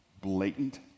blatant